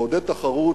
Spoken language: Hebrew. לעודד תחרות,